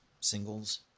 singles